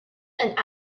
and